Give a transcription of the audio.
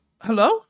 Hello